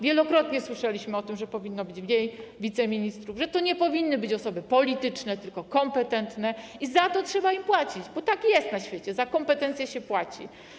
Wielokrotnie słyszeliśmy o tym, że powinno być mniej wiceministrów, że to nie powinny być osoby polityczne, tylko kompetentne i za to trzeba im płacić, bo tak jest na świecie, za kompetencje się płaci.